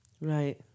Right